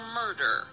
murder